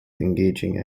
engaging